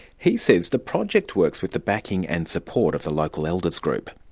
he says the project works with the backing and support of the local elders group.